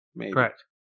Correct